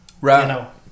right